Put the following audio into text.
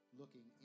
looking